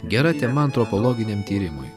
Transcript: gera tema antropologiniam tyrimui